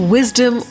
Wisdom